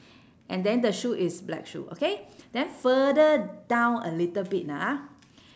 and then the shoe is black shoe okay then further down a little bit ah